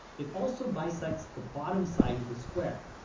it also bisects the bottom side of the square.